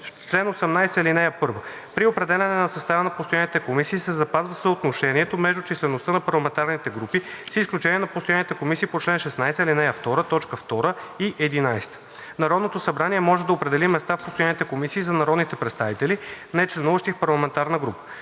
Чл. 18. (1) При определяне на състава на постоянните комисии се запазва съотношението между числеността на парламентарните групи с изключение на постоянните комисии по чл. 16, ал. 2, т. 2 и 11. Народното събрание може да определи места в постоянните комисии за народните представители, нечленуващи в парламентарна група.